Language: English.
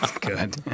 Good